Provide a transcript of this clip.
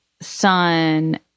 son